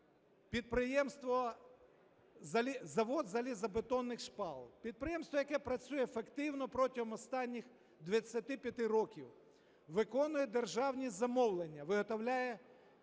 підприємство "Завод залізобетонних шпал". Підприємство, яке працює ефективно протягом останніх 25 років, виконує державні замовлення, виготовляє